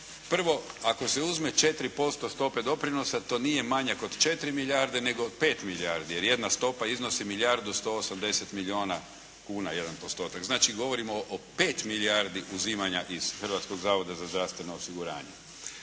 Prvo ako se uzme 4% stope doprinosa to nije manjak od 4 milijarde nego 5 milijardi, jer jedna stopa iznosi milijardu 180 milijuna kuna, jedan postotak. Znači govorimo o 5 milijardi uzimanja iz Hrvatskog zavoda za zdravstveno osiguranje.